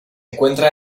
encuentra